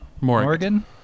Morgan